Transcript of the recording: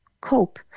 COPE